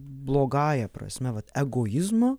blogąja prasme vat egoizmo